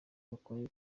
ukuri